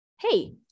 Hey